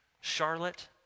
Charlotte